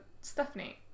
Stephanie